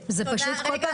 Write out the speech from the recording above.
תודה רבה.